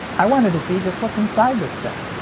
i wanted to see just what's inside this thing!